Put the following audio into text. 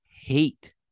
hate